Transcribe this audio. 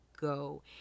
go